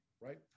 right